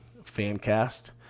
Fancast